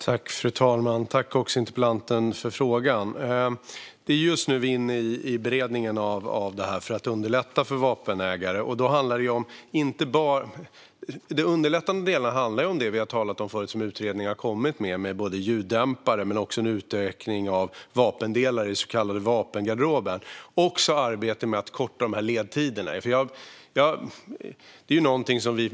Fru talman! Tack, interpellanten, för frågan! Vi är just nu inne i beredningen av förslagen om att underlätta för vapenägare. De underlättande delarna handlar om det som vi har talat om förut och som utredningen har kommit med: ljuddämpare, en utökning av vapendelar i så kallade vapengarderober och kortare ledtider.